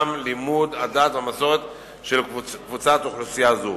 לימוד הדת והמסורת של קבוצת אוכלוסייה זו.